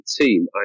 team